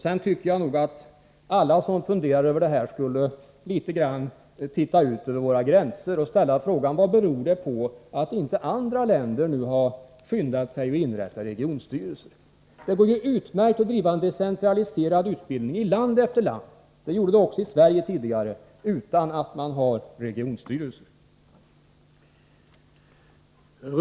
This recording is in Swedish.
Sedan tycker jag nog att alla som funderar över det här skulle titta ut över våra gränser och ställa frågan: Vad beror det på att inte andra länder har skyndat sig att inrätta regionstyrelser? Det går ju utmärkt att driva decentraliserad utbildning i land efter land — det gjorde det också i Sverige tidigare — utan att man har regionstyrelser.